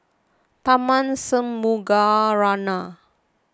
Tharman Shanmugaratnam